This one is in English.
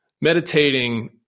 meditating